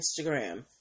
Instagram